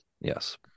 yes